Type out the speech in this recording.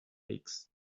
aches